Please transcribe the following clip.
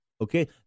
Okay